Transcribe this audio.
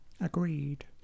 Agreed